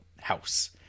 house